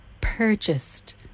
purchased